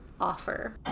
Offer